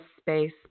space